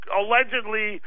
allegedly